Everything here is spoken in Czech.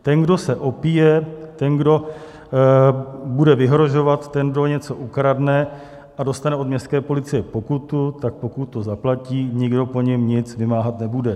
Ten, kdo se opije, ten, kdo bude vyhrožovat, ten, kdo něco ukradne a dostane od městské policie pokutu, tak pokutu zaplatí, nikdo po něm nic vymáhat nebude.